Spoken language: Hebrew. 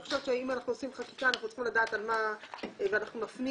אני חושבת שאם אנחנו עושים חקיקה ואנחנו מפנים